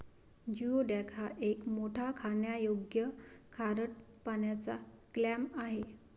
geoduck हा एक मोठा खाण्यायोग्य खारट पाण्याचा क्लॅम आहे